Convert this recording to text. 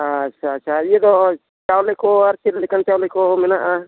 ᱟᱪᱪᱷᱟ ᱟᱪᱪᱷᱟ ᱤᱭᱟᱹ ᱫᱚ ᱪᱟᱣᱞᱮ ᱠᱚ ᱟᱨ ᱪᱮᱫ ᱞᱮᱠᱟᱱ ᱪᱟᱣᱞᱮ ᱠᱚ ᱢᱮᱱᱟᱜᱼᱟ